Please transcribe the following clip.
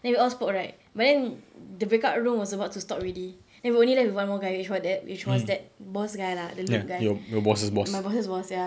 then we all spoke right but then the break up room was about to stop already then we only left with one more guy which wa~ that which was that boss guy lah the luke guy my boss's boss ya